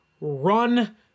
run